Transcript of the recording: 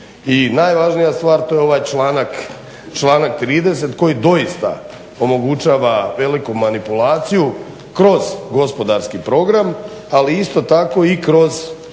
najvažnija stvar, to je ovaj članak 30. koji doista omogućava veliku manipulaciju kroz gospodarski program, ali isto tako i kroz